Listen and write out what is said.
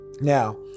Now